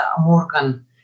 Morgan